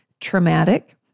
traumatic